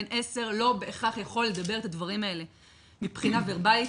בן עשר לא בהכרח יכול לדבר את הדברים האלה מבחינה וורבלית,